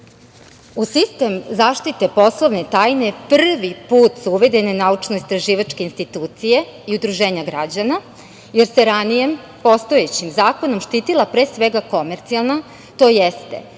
sistem zaštite poslovne tajne prvi put su uvedene naučno-istraživačke institucije i udruženje građana, jer se ranije, postojećim zakonom, štitila pre svega komercijalna, tj.